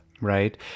right